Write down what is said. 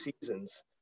seasons